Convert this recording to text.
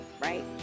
right